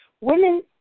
Women